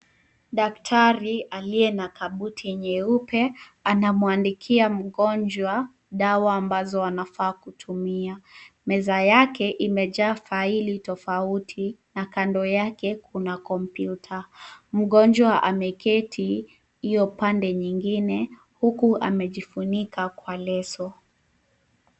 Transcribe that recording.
Daktari aliye na kabuti nyeupe anamuandikia mgonjwa dawa ambazo anafaa kutumia. Meza yake imejaa faili tofauti na kando yake kuna kompyuta. Mgonjwa ameketi hiyo pande nyingine huku amejifunikwa kwa leso.